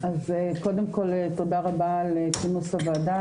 תודה רבה על כינוס הוועדה,